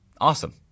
awesome